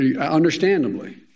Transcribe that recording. understandably